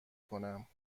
کنم